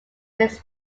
his